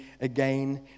again